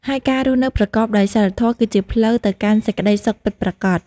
ហើយការរស់នៅប្រកបដោយសីលធម៌ គឺជាផ្លូវទៅកាន់សេចក្តីសុខពិតប្រាកដ។